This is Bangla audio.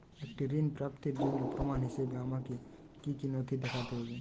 একটি ঋণ প্রাপ্তির জন্য প্রমাণ হিসাবে আমাকে কী কী নথি দেখাতে হবে?